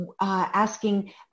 asking